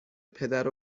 پدر